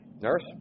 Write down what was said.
Nurse